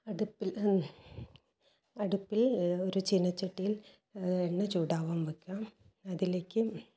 അടുപ്പിൽ അടുപ്പിൽ ഒരു ചീനച്ചട്ടിയിൽ എണ്ണ ചൂടാവാൻ വയ്ക്കാം അതിലേക്ക്